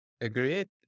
Agreed